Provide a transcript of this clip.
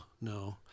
no